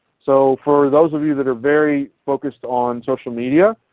so for those of you that are very focused on social media,